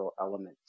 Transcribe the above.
element